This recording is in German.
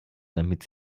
damit